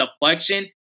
deflection